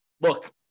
look